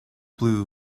blue